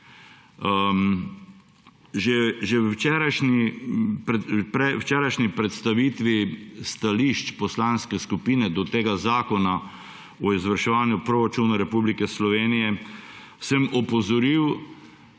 Že pri včerajšnji predstavitvi stališč poslanske skupine do tega zakona o izvrševanju proračuna Republike Slovenije sem opozoril